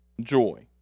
joy